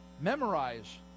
memorize